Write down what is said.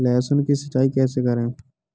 लहसुन की सिंचाई कैसे करें?